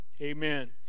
Amen